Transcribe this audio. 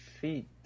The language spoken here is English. feet